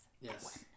yes